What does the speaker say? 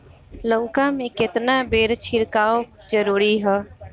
लउका में केतना बेर छिड़काव जरूरी ह?